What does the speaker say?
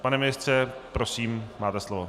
Pane ministře, prosím, máte slovo.